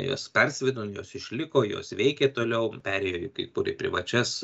jos persivadino jos išliko jos veikė toliau perėjo į kai kur į privačias